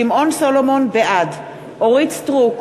בעד אורית סטרוק,